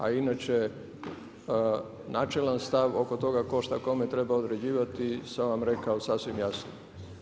A inače načelan stav oko toga tko šta kome treba određivati sam vam rekao sasvim jasno.